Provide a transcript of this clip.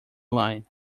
line